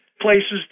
places